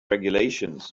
regulations